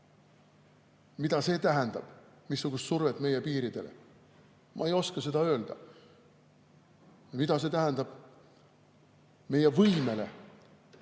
Mida see tähendab, missugust survet meie piiridele? Ma ei oska seda öelda. Mida see tähendab meie võimele